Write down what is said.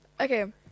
Okay